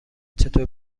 چطور